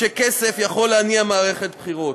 שכסף יכול להניע מערכת בחירות.